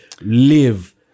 live